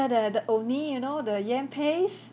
the the orh nee you know the yam paste